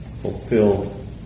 fulfilled